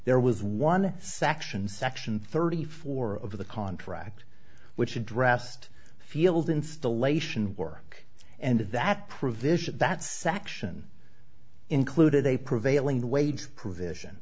there was one section section thirty four of the contract which addressed field installation work and that provision that section included a prevailing wage provision